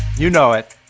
you know it